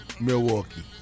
Milwaukee